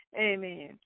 Amen